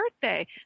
birthday